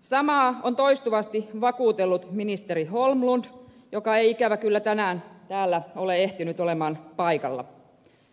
samaa on toistuvasti vakuutellut ministeri holmlund joka ei ikävä kyllä tänään täällä ole ehtinyt olla paikalla